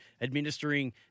administering